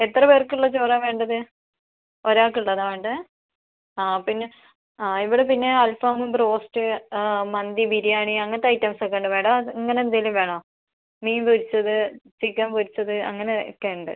എത്ര പേർക്കുള്ള ചോറാണ് വേണ്ടത് ഒരാൾക്കുള്ളതാണോ വേണ്ടത് ആ പിന്നെ ആ ഇവിടെ പിന്നെ അൽഫാമും റോസ്റ്റ് മന്തി ബിരിയാണി അങ്ങനത്തെ ഐറ്റംസൊക്കെയുണ്ട് മാഡം ഇങ്ങനെന്തെങ്കിലും വേണോ മീൻ പൊരിച്ചത് ചിക്കൻ പൊരിച്ചത് അങ്ങനെ ഒക്കെ ഉണ്ട്